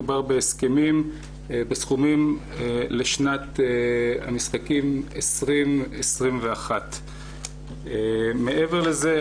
מדובר בהסכמים בסכומים לשנת המשחקים 20/21. מעבר לזה,